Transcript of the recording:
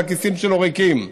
אבל הכיסים שלו ריקים.